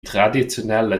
traditionelle